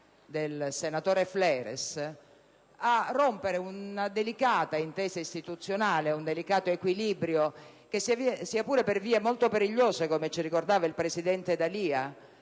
del senatore Fleres, a rompere una delicata intesa istituzionale, un delicato equilibrio che, sia pure per vie molto perigliose, come ci ricordava il presidente D'Alia,